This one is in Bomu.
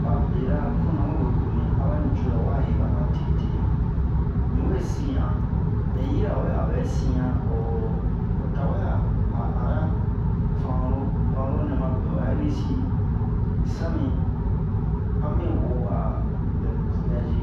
ba bera puna we we boni a ba nicoza wa heba ma tete ni we si'an mɛ yirawe a'o bɛ si'an o o tawɛ a ara vano vano nɛ ma be o ha'iri si sani a mi huwo a vɛ mi voyazi